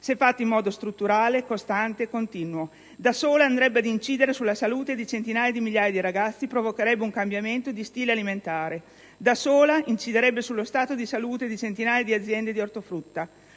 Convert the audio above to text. realizzato in modo strutturale, costante e continuo. Andrebbe ad incidere sulla salute di centinaia di migliaia di ragazzi, provocherebbe un cambiamento di stile alimentare; inciderebbe sullo stato di salute di centinaia di aziende di ortofrutta.